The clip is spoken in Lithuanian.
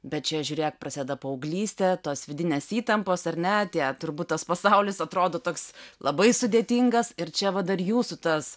bet čia žiūrėk prasideda paauglystė tos vidinės įtampos ar ne tie turbūt tas pasaulis atrodo toks labai sudėtingas ir čia va dar jūsų tas